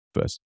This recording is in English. first